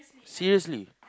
seriously